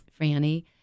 Franny